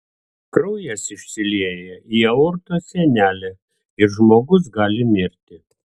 kraujas išsilieja į aortos sienelę ir žmogus gali mirti